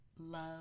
love